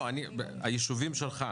הישובים שלך,